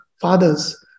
fathers